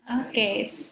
okay